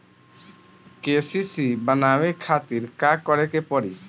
KCC बनवावे खातिर का करे के पड़ी?